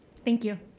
thank you.